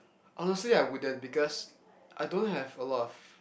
honestly I wouldn't because I don't have a lot of